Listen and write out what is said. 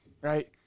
right